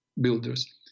builders